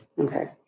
Okay